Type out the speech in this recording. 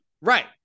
right